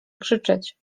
krzyczeć